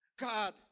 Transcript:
God